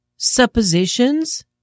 suppositions